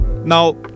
Now